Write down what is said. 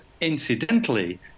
incidentally